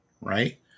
right